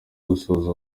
gusoza